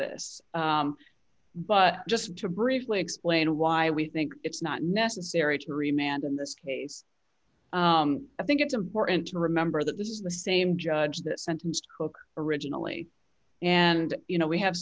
this but just to briefly explain why we think it's not necessary to remain and in this case i think it's important to remember that this is the same judge that sentenced hook originally and you know we have